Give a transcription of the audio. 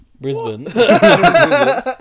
Brisbane